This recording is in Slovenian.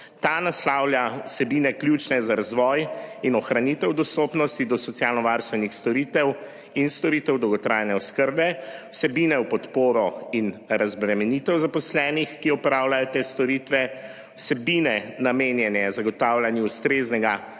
Ta naslavlja vsebine, ključne za razvoj in ohranitev dostopnosti do socialnovarstvenih storitev in storitev dolgotrajne oskrbe, vsebine v podporo in razbremenitev zaposlenih, ki opravljajo te storitve, vsebine, namenjene zagotavljanju ustreznega